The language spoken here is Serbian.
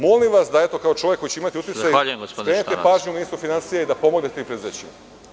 Molim vas, kao čovek koji će imati uticaj, skrenete pažnju ministru finansija i da pomognete tim preduzećima.